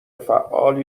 فعال